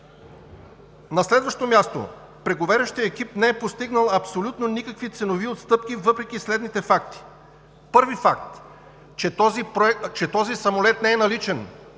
На следващо място, преговарящият екип не е постигнал абсолютно никакви ценови отстъпки въпреки следните факти: Първи факт е, че този самолет не е наличен,